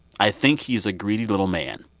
i think he's a greedy little man.